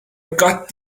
got